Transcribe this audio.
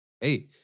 hey